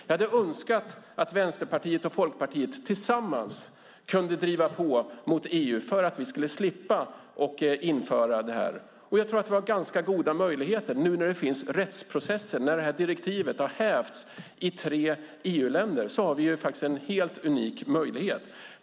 Jag hade önskat att Vänsterpartiet och Folkpartiet tillsammans kunnat driva på mot EU för att vi skulle slippa att införa detta. Jag tror att det finns ganska goda möjligheter. Nu när det finns rättsprocesser och direktivet har hävts i tre EU-länder har vi en helt unik möjlighet.